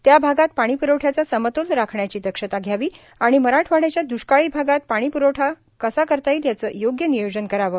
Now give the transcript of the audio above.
त्या भागात पाणीप्रवठ्याचा समतोल राखण्याची दक्षता ध्यावी आणि मराठवाड्याच्या द्ष्काळी भागात पाणी प्रवठा कसे करता येईल याचं योग्य नियोजन करावं